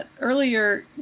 earlier